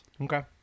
Okay